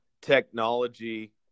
technology